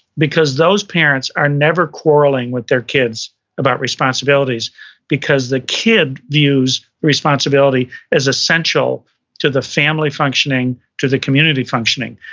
because those parents are never quarreling with their kids about responsibilities because the kid views responsibility as essential to the family functioning, to the community functioning.